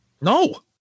No